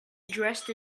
dressed